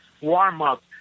warm-up